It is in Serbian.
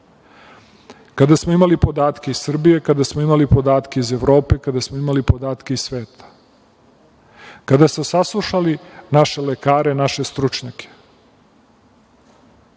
kada smo imali podatke iz Srbije, kada smo imali podatke iz Evrope, kada smo imali podatke iz sveta, kada ste saslušali naše lekare, naše stručnjake,